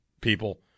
people